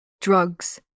drugs